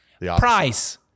Price